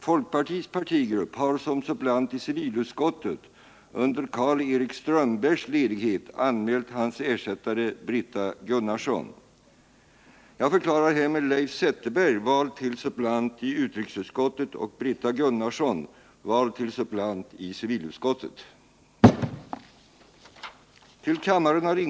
Folkpartiets partigrupp har som suppleant i civilutskottet under Karl-Erik Strömbergs ledighet anmält hans ersättare Britta Gunnarsson.